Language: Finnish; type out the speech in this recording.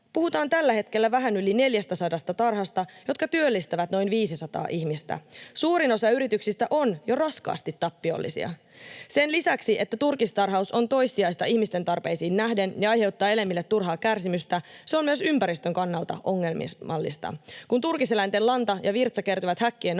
puhutaan tällä hetkellä vähän yli 400 tarhasta, jotka työllistävät noin 500 ihmistä. Suurin osa yrityksistä on jo raskaasti tappiollisia. Sen lisäksi, että turkistarhaus on toissijaista ihmisten tarpeisiin nähden ja aiheuttaa eläimille turhaa kärsimystä, se on myös ympäristön kannalta ongelmallista. Kun turkiseläinten lanta ja virtsa kertyvät häkkien alle,